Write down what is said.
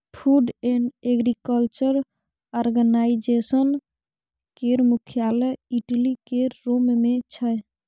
food and agriculture organization केर मुख्यालय Italy केर रोम मे छै